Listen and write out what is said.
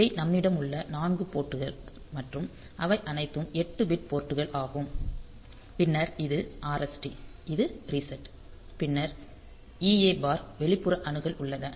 இவை நம்மிடம் உள்ள 4 போர்ட் கள் மற்றும் அவை அனைத்தும் 8 பிட் போர்ட்கள் ஆகும் பின்னர் இது RST இது ரீசெட் பின்னர் EA பார் வெளிப்புற அணுகல் உள்ளது